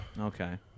Okay